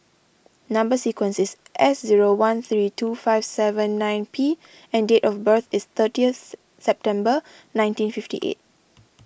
Number Sequence is S zero one three two five seven nine P and date of birth is thirtieth September nineteen fifty eight